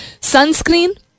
Sunscreen